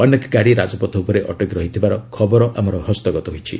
ଅନେକ ଗାଡ଼ି ରାଜପଥ ଉପରେ ଅଟକି ରହିଥିବାର ଖବର ଆମର ହସ୍ତଗତ ହୋଇଛି